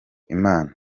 impano